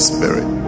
spirit